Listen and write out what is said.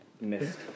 missed